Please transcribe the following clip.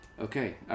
okay